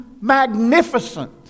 magnificent